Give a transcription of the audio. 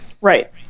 Right